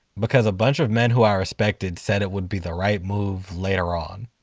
because a bunch of men who i respected said it would be the right move later on.